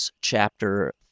Chapter